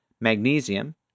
magnesium